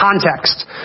context